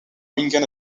wigan